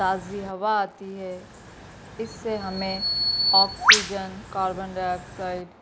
تازی ہوا آتی ہے اس سے ہمیں آکسیجن کاربن ڈائیآکسائڈ